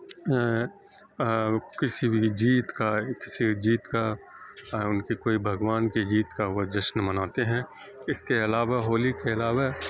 کسی بھی جیت کا یا کسی جیت کا ان کے کوئی بھگوان کی جیت کا وہ جشن مناتے ہیں اس کے علاوہ ہولی کے علاوہ